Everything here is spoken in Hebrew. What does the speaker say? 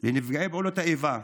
ונפגעי פעולות האיבה.